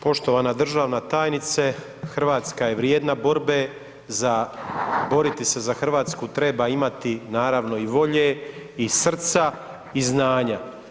Poštovana državna tajnice, RH je vrijedna borbe, za boriti se za RH treba imati naravno i volje i srca i znanja.